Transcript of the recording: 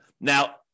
Now